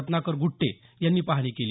रत्नाकर गुट्टे यांनी पाहणी केली